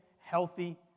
Healthy